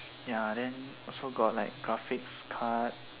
ya then also got like graphics card